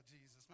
Jesus